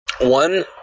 One